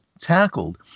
tackled